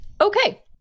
Okay